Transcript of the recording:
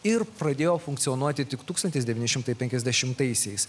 ir pradėjo funkcionuoti tik tūkstantis devyni šimtai penkiasdešimtaisiais